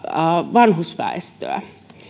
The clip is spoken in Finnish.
vanhusväestöä